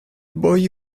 boy